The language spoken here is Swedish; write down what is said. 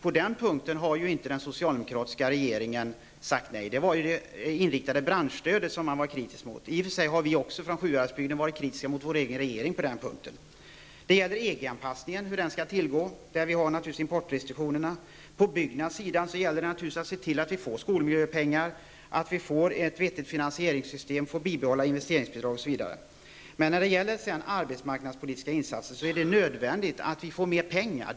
På den punkten har ju inte den socialdemokratiska regeringen sagt nej. Det var det riktade branschstödet som man var kritisk mot. I och för sig har även vi från Sjuhäradsbygden varit kritiska mot vår egen regering på den punkten. Det gäller hur EG-anpassningen skall ske, där vi har importrestriktionerna. På byggnadssidan gäller det naturligtvis att se till att vi får skolmiljöpengar samt att vi får ett vettigt finansieringssystem och kan bibehålla investeringsbidragen. I fråga om de arbetsmarknadspolitiska insatserna är det nödvändigt att vi får mera pengar.